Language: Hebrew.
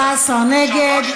מי נגד?